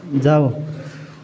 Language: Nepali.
जाऊ